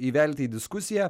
įvelti į diskusiją